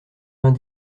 vingt